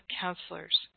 counselors